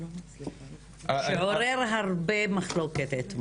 שעורר הרבה מחלוקת אתמול.